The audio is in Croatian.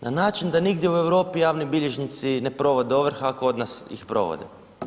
Na način da nigdje u Europi javni bilježnici ne provode ovrhe, a kod nas ih provode.